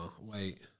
wait